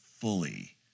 fully